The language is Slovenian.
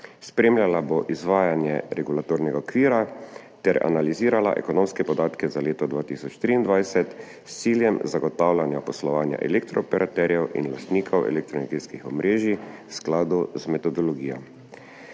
spremljala bo izvajanje regulatornega okvira ter analizirala ekonomske podatke za leto 2023 s ciljem zagotavljanja poslovanja elektro operaterjev in lastnikov elektroenergetskih omrežij v skladu z metodologijo.